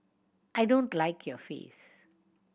I don't like your face